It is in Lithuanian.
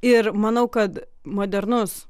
ir manau kad modernus